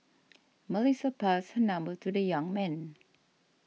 Melissa passed her number to the young man